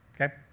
okay